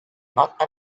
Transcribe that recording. not